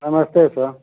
नमस्ते सर